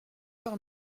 par